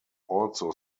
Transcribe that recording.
also